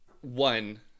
one